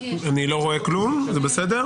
צו עראי וכדומה,